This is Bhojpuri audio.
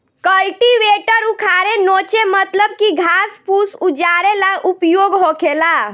कल्टीवेटर उखारे नोचे मतलब की घास फूस उजारे ला उपयोग होखेला